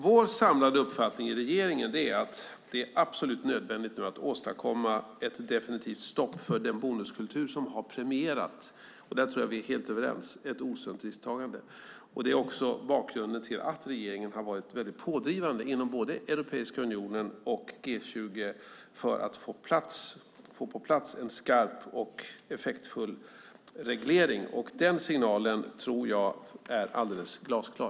Vår samlade uppfattning i regeringen är att det är absolut nödvändigt att åstadkomma ett definitivt stopp för den bonuskultur som har premierat - där tror jag vi är helt överens - ett osunt risktagande. Det är också bakgrunden till att regeringen har varit pådrivande inom både Europeiska unionen och G20 för att få på plats en skarp och effektfull reglering. Den signalen tror jag är alldeles glasklar.